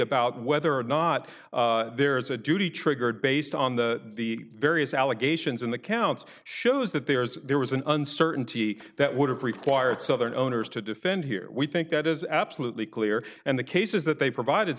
about whether or not there is a duty triggered based on the the various allegations and the counts shows that there is there was an uncertainty that would have required southern owners to defend here we think that is absolutely clear and the cases that they provided